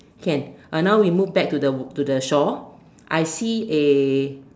can uh now we move back to the to the shore I see a